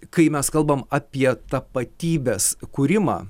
kai mes kalbam apie tapatybės kūrimą